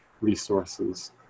resources